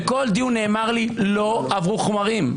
ובכל דיון נאמר לי: לא עברו חומרים.